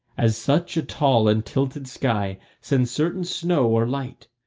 as such a tall and tilted sky sends certain snow or light,